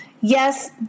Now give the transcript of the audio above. Yes